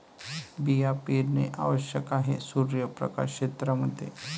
बिया पेरणे आवश्यक आहे सूर्यप्रकाश क्षेत्रां मध्ये